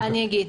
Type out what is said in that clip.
אני אגיד.